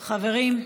חברים.